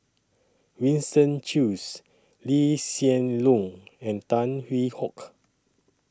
Winston Choos Lee Hsien Loong and Tan Hwee Hock